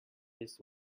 this